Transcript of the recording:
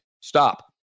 Stop